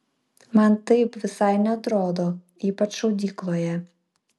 man taip visai neatrodo ypač šaudykloje